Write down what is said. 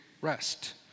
rest